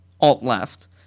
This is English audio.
alt-left